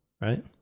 right